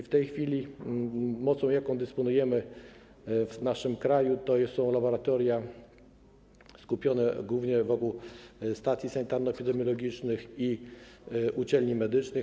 W tej chwili mocą, jaką dysponujemy w naszym kraju, są laboratoria skupione głównie wokół stacji sanitarno-epidemiologicznych i uczelni medycznych.